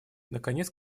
наконец